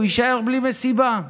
הוא יישאר בלי מסיבה.